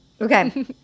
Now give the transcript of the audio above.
Okay